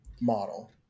model